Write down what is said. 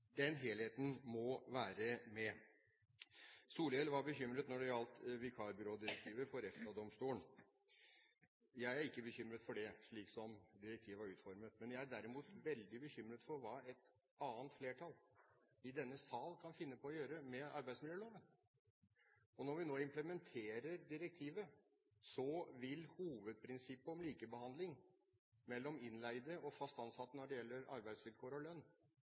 Den helheten må være med. Solhjell var bekymret for EFTA-domstolen når det gjaldt vikarbyrådirektivet. Jeg er ikke bekymret for det, slik som direktivet er utformet. Jeg er derimot veldig bekymret for hva et annet flertall i denne sal kan finne på å gjøre med arbeidsmiljøloven. Når vi implementerer direktivet, vil hovedprinsippet om likebehandling av innleide og fast ansatte når det gjelder arbeidsvilkår og lønn,